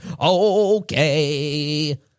Okay